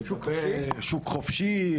לגבי שוק חופשי,